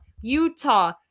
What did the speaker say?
Utah